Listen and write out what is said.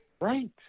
Right